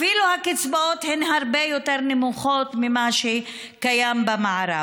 אפילו הקצבאות הן הרבה יותר נמוכות ממה שקיים במערב.